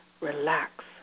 relax